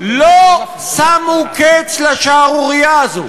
לא שמו קץ לשערורייה הזאת,